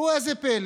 ראו זה פלא,